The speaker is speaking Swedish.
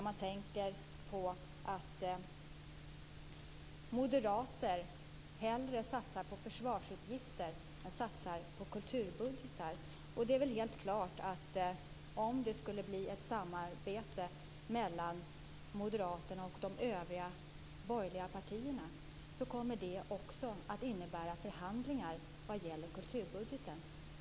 Moderater satsar hellre på försvarsutgifter än satsar på kulturbudgetar. Om det blir ett samarbete mellan Moderaterna och de övriga borgerliga partierna, kommer det att innebära förhandlingar vad gäller kulturbudgeten.